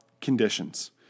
conditions